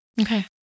Okay